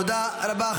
תודה רבה.